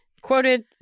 Quoted